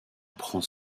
prend